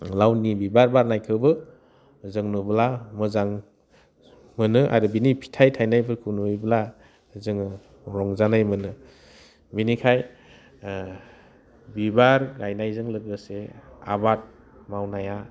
लावनि बिबार बारनायखौबो जों नुब्ला मोजां मोनो आरो बिनि फिथाइ थायनायफोरखौ नुयोब्ला जोङो रंजानाय मोनो बिनिखायनो बिबार गायनायजों लोगोसे आबाद मावनाया